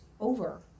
over